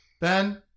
Ben